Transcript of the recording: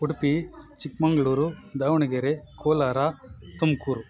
Udupi Chikmagalur Davangere Kolar Tumakuru